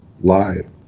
live